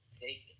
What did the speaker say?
take